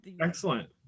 excellent